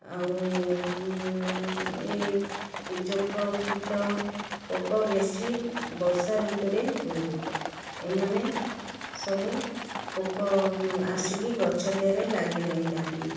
ଆଉ ଏ ଜୋକ କିଟ ପୋକ ବେଶି ବର୍ଷ ଋତୁରେ ହୁଏ ଏମାନେ ସବୁ ପୋକ ଆସିକି ଗଛ ଦେହରେ ଲାଗି ରହିଥାନ୍ତି